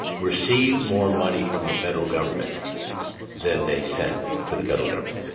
receive more money from the federal government than they send to the federal government.